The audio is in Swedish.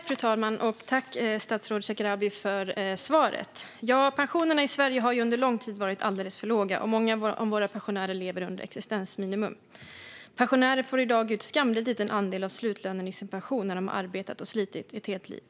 Fru talman! Tack, statsrådet Shekarabi, för svaret! Pensionerna i Sverige har under lång tid varit alldeles för låga, och många av våra pensionärer lever under existensminimum. Pensionärer får i dag ut en skamligt liten andel av slutlönen i sin pension när de har arbetat och slitit ett helt liv.